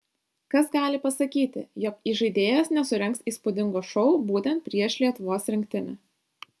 kas gali pasakyti jog įžaidėjas nesurengs įspūdingo šou būtent prieš lietuvos rinktinę